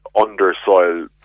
under-soil